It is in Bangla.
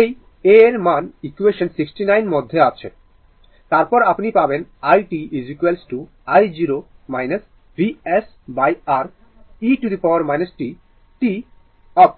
এই A এর মান ইকুয়েসান 69 মধ্যে আছে তারপর আপনি পাবেন i t i0 VsR e t t up